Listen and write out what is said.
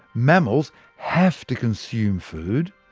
mammals have to consume food,